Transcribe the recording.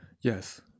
Yes